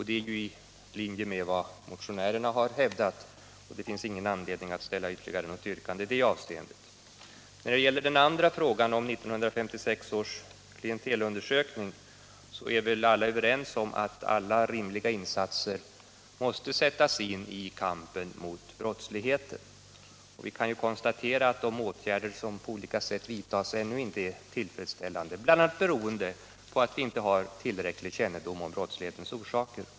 Detta är i linje med vad motionärerna har hävdat, och det finns därför ingen anledning att nu ställa något yrkande i det avseendet. När det gäller den andra frågan, den om 1956 års klientelundersökning, är väl alla överens om att alla rimliga insatser måste göras i kampen mot brottsligheten. Vi kan ju konstatera att de åtgärder som på olika sätt vidtas inte är tillräckliga, bl.a. beroende på att vi inte har tillräcklig kännedom om brottslighetens orsaker.